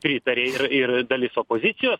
pritarė ir ir dalis opozicijos